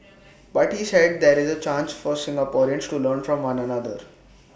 but he said that is A chance for Singaporeans to learn from one another